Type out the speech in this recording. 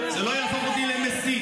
זה לא יהפוך אותי למסית.